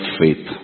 faith